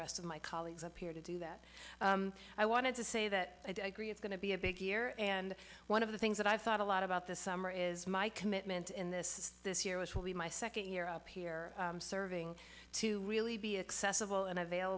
rest of my colleagues up here to do that i wanted to say that i do agree it's going to be a big year and one of the things that i've thought a lot about this summer is my commitment in this this year which will be my second year up here serving to really be accessible and avail